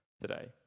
today